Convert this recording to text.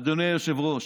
אדוני היושב-ראש,